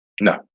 No